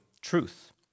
truth